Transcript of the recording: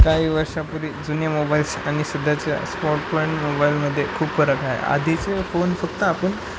काही वर्षापुर्वी जुने मोबाईल्स आणि सध्याच्या स्मॉटपॉईंट मोबाईलमध्ये खूप फरक आहे आधीचे फोन फक्त आपण